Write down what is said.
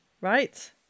right